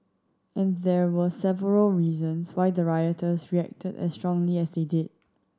and there were several reasons why the rioters reacted as strongly as they did